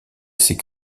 ces